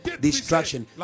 destruction